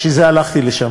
בשביל זה הלכתי לשם.